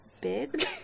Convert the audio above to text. big